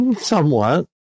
Somewhat